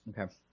Okay